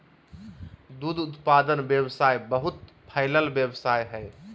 दूध उत्पादन व्यवसाय बहुत फैलल व्यवसाय हइ